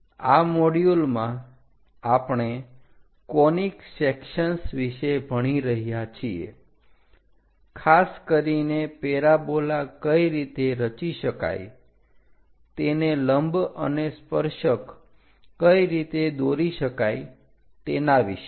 આ મોડયુલમાં આપણે કોનીક સેકસન્સ વિશે ભણી રહ્યા છીએ ખાસ કરીને પેરાબોલા કઈ રીતે રચી શકાય તેને લંબ અને સ્પર્શક કઈ રીતે દોરી શકાય તેના વિશે